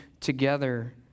together